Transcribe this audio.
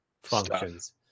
functions